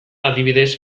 adibidez